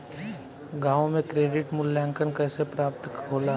गांवों में क्रेडिट मूल्यांकन कैसे प्राप्त होला?